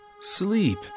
Sleep